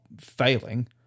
failing